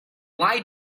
lie